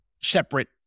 separate